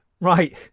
right